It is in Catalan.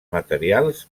materials